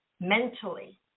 mentally